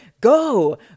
go